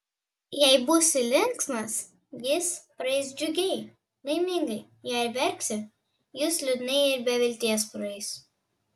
jei būsi linksmas jis praeis džiugiai laimingai jei verksi jis liūdnai ir be vilties praeis